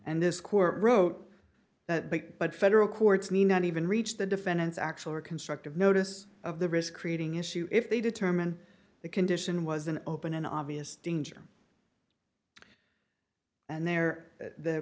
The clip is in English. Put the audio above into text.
and this court wrote that but federal courts may not even reach the defendant's actual or constructive notice of the risk creating issue if they determine the condition was an open and obvious danger and there the